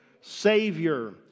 Savior